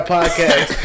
podcast